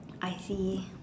I see